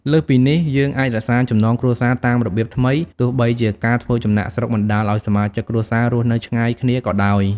លើសពីនេះយើងអាចរក្សាចំណងគ្រួសារតាមរបៀបថ្មី ទោះបីជាការធ្វើចំណាកស្រុកបណ្ដាលឱ្យសមាជិកគ្រួសាររស់នៅឆ្ងាយគ្នាក៏ដោយ។